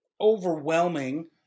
overwhelming